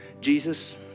Jesus